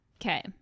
okay